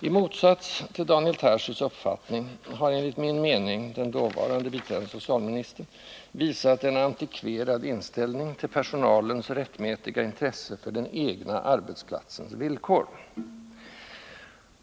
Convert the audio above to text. I motsats till Daniel Tarschys uppfattning har enligt min mening den dåvarande biträdande socialministern visat en antikverad inställning till personalens rättmätiga intresse för den egna arbetsplatsens villkor.